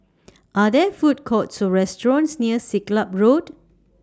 Are There Food Courts Or restaurants near Siglap Road